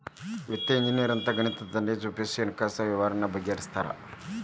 ವಿತ್ತೇಯ ಇಂಜಿನಿಯರಿಂಗ್ ಅಂದ್ರ ಗಣಿತದ್ ಟಕ್ನಿಕ್ ಉಪಯೊಗಿಸಿ ಹಣ್ಕಾಸಿನ್ ವ್ಯವ್ಹಾರಾನ ಬಗಿಹರ್ಸ್ತಾರ